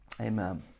Amen